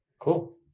Cool